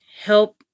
help